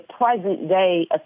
present-day